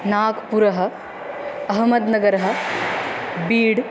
नाग्पुरः अहमद्नगरः बीड्